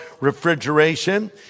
refrigeration